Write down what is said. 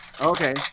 Okay